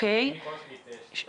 אני לא רואה שהיא כאן.